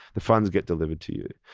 the funds get delivered to you.